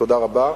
תודה רבה.